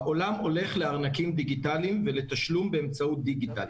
העולם הולך לארנקים דיגטלים ולתשלום באמצעות דיגיטל.